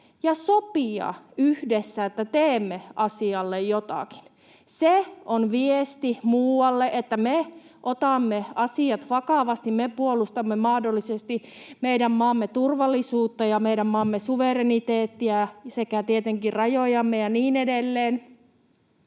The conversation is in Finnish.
sopia yhdessä, että teemme asialle jotakin. Se on viesti muualle, että me otamme asiat vakavasti, me puolustamme mahdollisesti meidän maamme turvallisuutta ja meidän maamme suvereniteettia sekä tietenkin rajojamme ja niin edelleen.